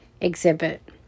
exhibit